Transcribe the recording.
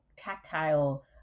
tactile